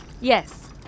Yes